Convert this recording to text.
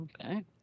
Okay